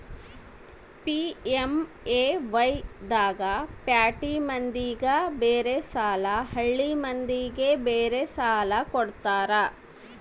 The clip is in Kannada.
ಪಿ.ಎಮ್.ಎ.ವೈ ದಾಗ ಪ್ಯಾಟಿ ಮಂದಿಗ ಬೇರೆ ಸಾಲ ಹಳ್ಳಿ ಮಂದಿಗೆ ಬೇರೆ ಸಾಲ ಕೊಡ್ತಾರ